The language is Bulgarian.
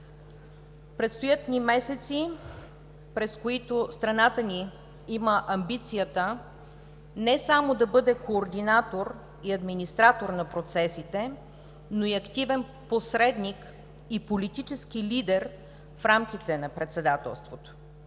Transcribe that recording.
Предстоят ни месеци, през които страната ни има амбицията, не само да бъде координатор и администратор на процесите, но и активен посредник и политически лидер в рамките на председателството,